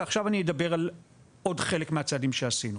ועכשיו אני אדבר על עוד חלק מהצעדים שעשינו: